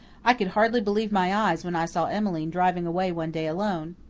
i could hardly believe my eyes when i saw emmeline driving away one day alone.